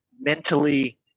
mentally